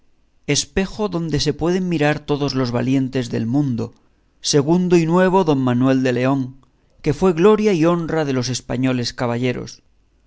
espejo donde se pueden mirar todos los valientes del mundo segundo y nuevo don manuel de león que fue gloria y honra de los españoles caballeros